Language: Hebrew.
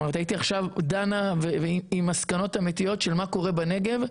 הייתי עכשיו דנה עם מסקנות אמיתיות לגבי מה שקורה בנגב.